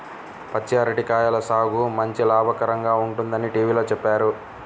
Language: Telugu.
పచ్చి అరటి కాయల సాగు మంచి లాభకరంగా ఉంటుందని టీవీలో చెప్పారు